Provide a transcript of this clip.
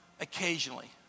occasionally